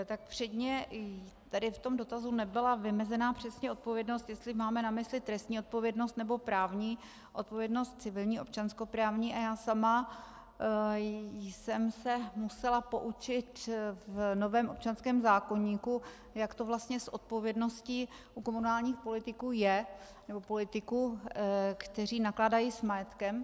Tak předně tady v tom dotazu nebyla vymezena přesně odpovědnost, jestli máme na mysli trestní odpovědnost, nebo právní odpovědnost civilní občanskoprávní, a já sama jsem se musela poučit v novém občanském zákoníku, jak to vlastně s odpovědností u komunálních politiků je, nebo politiků, kteří nakládají s majetkem.